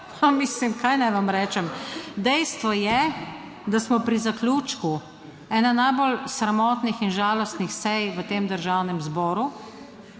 Mislim, kaj naj vam rečem. Dejstvo je, da smo pri zaključku ene najbolj sramotnih in žalostnih sej v tem Državnem zboru.